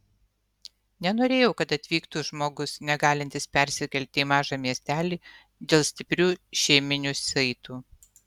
nenorėjau kad atvyktų žmogus negalintis persikelti į mažą miestelį dėl stiprių šeiminių saitų